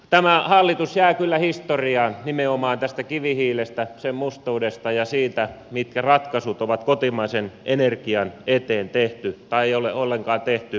tämä hallitus jää kyllä historiaan nimenomaan tästä kivihiilestä sen mustuudesta ja siitä mitkä ratkaisut on kotimaisen energian puolesta tehty tai ei ole ollenkaan tehty